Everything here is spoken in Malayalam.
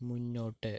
മുന്നോട്ട്